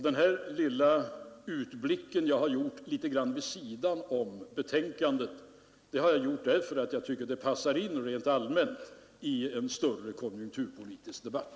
Denna lilla utblick litet vid sidan om utskottets betänkande har jag emellertid gjort därför att jag tycker att den passar in rent allmänt i en större konjunkturpolitisk debatt.